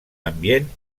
ambient